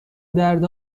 درد